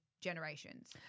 generations